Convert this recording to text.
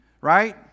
right